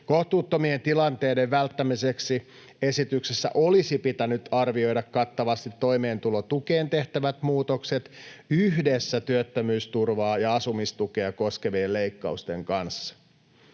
Kohtuuttomien tilanteiden välttämiseksi esityksessä olisi pitänyt arvioida kattavasti toimeentulotukeen tehtävät muutokset yhdessä työttömyysturvaa ja asumistukea koskevien leikkausten kanssa.